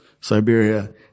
Siberia